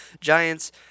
giants